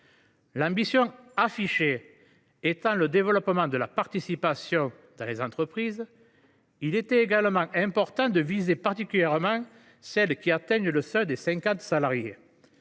L’ambition affichée étant le développement de la participation dans les entreprises, il était également important de viser particulièrement celles qui atteignent le seuil des 50 salariés.